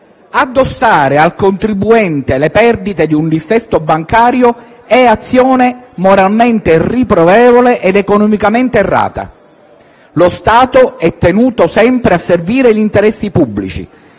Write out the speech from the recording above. addossare al contribuente le perdite di un dissesto bancario è azione moralmente riprovevole ed economicamente errata. Lo Stato è tenuto sempre a servire gli interessi pubblici,